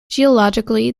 geologically